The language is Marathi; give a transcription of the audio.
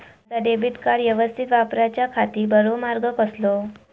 माजा डेबिट कार्ड यवस्तीत वापराच्याखाती बरो मार्ग कसलो?